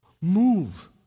Move